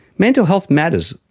mental health matters.